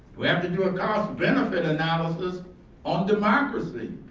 we have to do a cost benefit analysis on democracy.